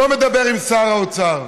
לא מדבר עם שר האוצר,